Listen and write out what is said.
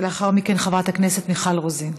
ולאחר מכן, חברת הכנסת מיכל רוזין.